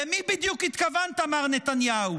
למי בדיוק התכוונת, מר נתניהו?